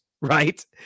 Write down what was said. right